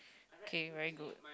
okay very good